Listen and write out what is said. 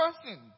person